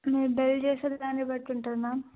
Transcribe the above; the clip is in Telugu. మీరు బేర్ చేసది దాన్ని బట్టి ఉంటుంది మ్యామ్